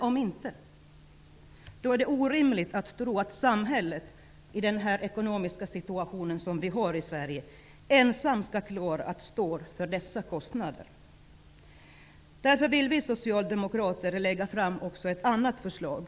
Om inte, är det orimligt att tro att samhället, i nu rådande ekonomiska situation i Sverige, ensamt skall klara kostnaderna. Därför vill vi socialdemokrater lägga fram ett annat förslag.